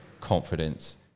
confidence